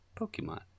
Pokemon